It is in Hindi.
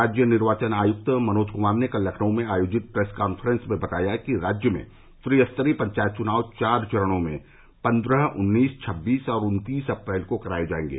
राज्य निर्वाचन आय्क्त मनोज कुमार ने कल लखनऊ में आयोजित प्रेस कान्फ्रेंस में बताया कि राज्य में त्रिस्तरीय पंचायत चुनाव चार चरणों में पन्द्रह उन्नीस छब्बीस और उन्तीस अप्रैल को कराये जायेंगे